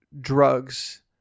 drugs